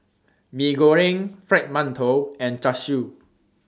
Mee Goreng Fried mantou and Char Siu